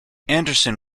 anderson